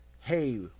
Hey